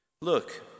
Look